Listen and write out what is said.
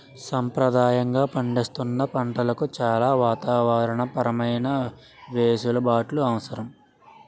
సంప్రదాయంగా పండిస్తున్న పంటలకు చాలా వాతావరణ పరమైన వెసులుబాట్లు అవసరం